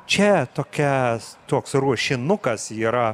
čia tokias toks ruošinukas yra